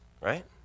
right